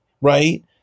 right